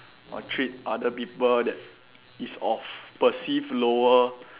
or treat other people that is of perceive lower